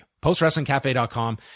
Postwrestlingcafe.com